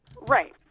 right